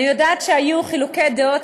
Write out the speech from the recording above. אני יודעת שהיו חילוקי דעות,